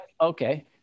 okay